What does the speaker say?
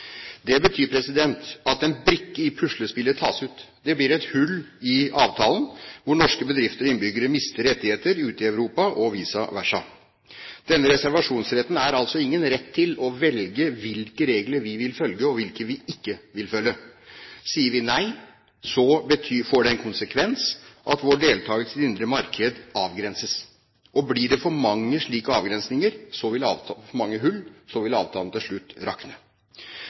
Det betyr at en brikke i puslespillet tas ut. Det blir et hull i avtalen, hvor norske bedrifter og innbyggere mister rettigheter ute i Europa og vice versa. Denne reservasjonsretten er altså ingen rett til å velge hvilke regler vi vil følge, og hvilke vi ikke vil følge. Sier vi nei, får det en konsekvens – vår deltakelse i det indre marked avgrenses. Blir det for mange slike avgrensninger, for mange hull, vil avtalen til slutt rakne.